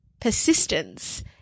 persistence